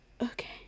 Okay